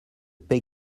paix